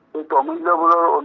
like um a number